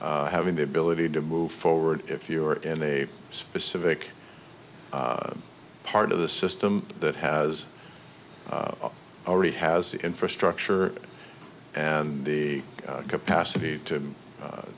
having the ability to move forward if you are in a specific part of the system that has already has the infrastructure and the capacity to